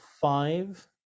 five